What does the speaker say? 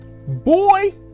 Boy